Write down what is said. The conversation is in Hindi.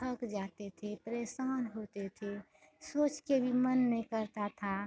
थक जाते थे परेशां होते थे सोच कर भी मन नहीं करता था